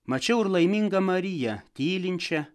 mačiau ir laimingą mariją tylinčią